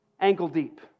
ankle-deep